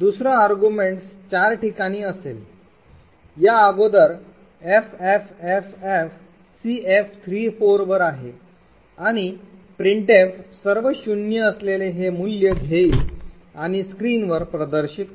दुसरा arguments चार ठिकाणी असेल या अगोदर ffffcf34 वर आहे आणि printf सर्व शून्य असलेले हे मूल्य घेईल आणि स्क्रीनवर प्रदर्शित करेल